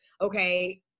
okay